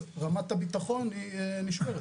אז רמת הביטחון נשארת.